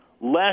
less